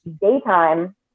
daytime